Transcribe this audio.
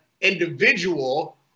individual